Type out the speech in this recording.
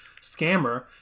scammer